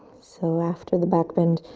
so after the back bend,